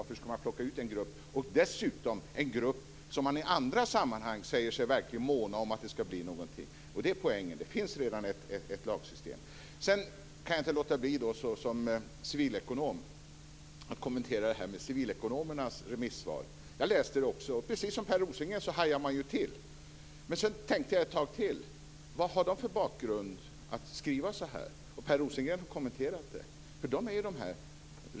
Varför ska man plocka ut en grupp - dessutom en grupp som man i andra sammanhang säger sig verkligen vilja måna om för att det ska bli någonting? Detta är poängen. Det finns alltså redan ett lagsystem. Som civilekonom kan jag inte låta bli att kommentera Civilekonomernas remissvar. Också jag har läst det och precis som Per Rosengren hajar också jag till. Men sedan tänkte jag ett tag till och ställde mig frågan: Vad är bakgrunden till att de skriver så här? Per Rosengren har inte kommenterat det.